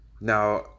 Now